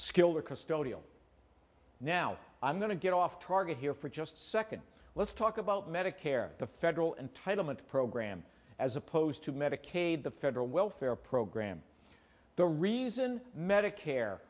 skilled or custodial now i'm going to get off target here for just second let's talk about medicare the federal entitlement program as opposed to medicaid the federal welfare program the reason medicare